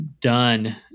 done